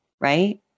Right